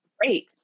great